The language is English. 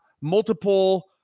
multiple